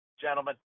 gentlemen